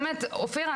אופיר,